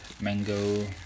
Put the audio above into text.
mango